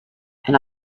and